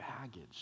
baggage